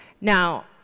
Now